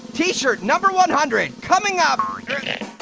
t-shirt number one hundred, coming up.